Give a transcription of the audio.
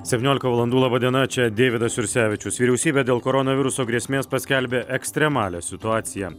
septyniolika valandų laba diena čia deividas jursevičius vyriausybė dėl koronaviruso grėsmės paskelbė ekstremalią situaciją